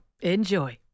Enjoy